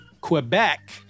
quebec